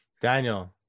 Daniel